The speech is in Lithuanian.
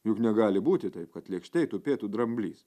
juk negali būti taip kad lėkštėj tupėtų dramblys